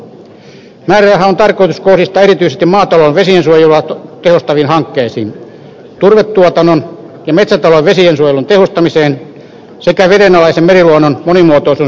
määräraha on tarkoitus kohdistaa erityisesti maatalouden vesiensuojelua tehostaviin hankkeisiin turvetuotannon ja metsätalouden vesiensuojelun tehostamiseen sekä vedenalaisen meriluonnon monimuotoisuuden selvittämiseen